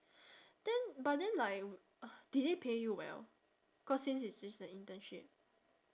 then but then like uh did they pay you well cause since it's just an internship